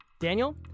Daniel